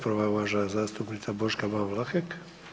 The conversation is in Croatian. Prva je uvažena zastupnica Boška Ban Vlahek.